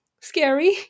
scary